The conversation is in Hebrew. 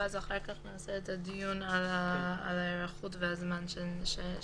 אחר כך נעשה את הדיון על ההיערכות ועל הזמן שנדרש.